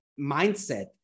mindset